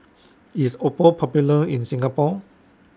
IS Oppo Popular in Singapore